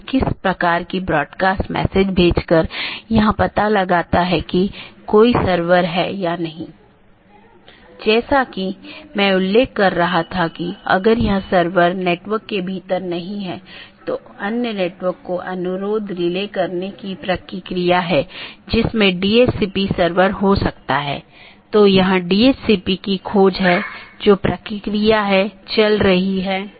तो इसका मतलब है एक बार अधिसूचना भेजे जाने बाद डिवाइस के उस विशेष BGP सहकर्मी के लिए विशेष कनेक्शन बंद हो जाता है और संसाधन जो उसे आवंटित किये गए थे छोड़ दिए जाते हैं